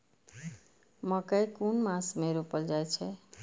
मकेय कुन मास में रोपल जाय छै?